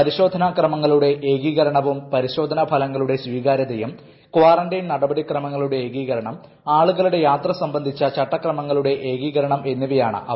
പരിശോധന ക്രമങ്ങളുടെ ഏകീകരണവും പരിശോധനാ ഫലങ്ങളുടെ സ്വീകാരൃതയും കാറന്റീൻ നടപടിക്രമങ്ങളുടെ ഏകീകരണം ആളുകളുടെ സംബന്ധിച്ച് ചട്ട ക്രമങ്ങളുടെ ഏകീകരണം എന്നിവയാണ് യാത്ര അവ